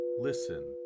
listen